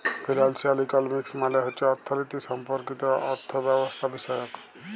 financial economics মালে হছে অথ্থলিতি সম্পর্কিত অথ্থব্যবস্থাবিষয়ক